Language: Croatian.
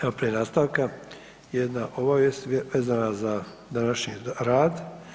Evo prije nastavka, jedna obavijest vezana za današnji rad.